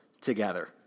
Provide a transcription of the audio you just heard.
together